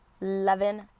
loving